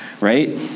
right